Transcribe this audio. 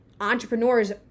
entrepreneurs